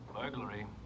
Burglary